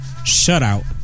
shutout